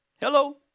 Hello